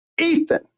Ethan